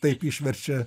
taip išverčia